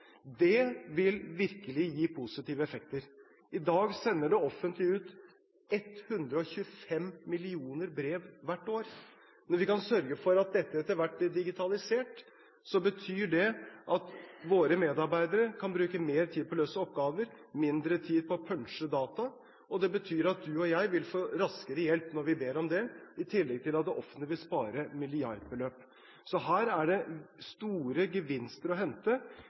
Det vil virkelig gi positive effekter. I dag sender det offentlige ut 125 millioner brev hvert år. Når vi kan sørge for at dette etter hvert blir digitalisert, betyr det at våre medarbeidere kan bruke mer tid på å løse oppgaver og mindre tid på å punche data. Det betyr at du og jeg vil få raskere hjelp når vi ber om det, i tillegg til at det offentlige vil spare milliardbeløp. Så her er det store gevinster å hente,